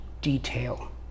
detail